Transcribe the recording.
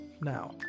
now